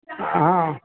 ହଁ